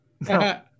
No